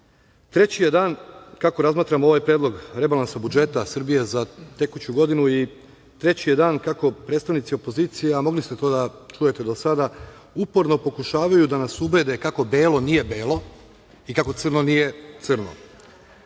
treći je dan kako razmatramo ovaj Predlog rebalansa budžeta Srbije za tekuću godinu i treći je dan kako predstavnici opozicije, a mogli ste to da čujete do sada, uporno pokušavaju da nas ubede kako belo nije belo i kako crno nije crno. Treći